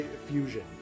fusion